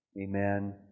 amen